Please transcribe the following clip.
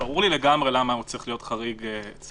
ברור לי לגמרי למה הוא צריך להיות חריג צר,